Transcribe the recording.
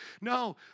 No